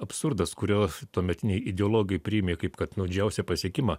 absurdas kurio tuometiniai ideologai priėmė kaip kad nu džiausią pasiekimą